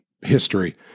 history –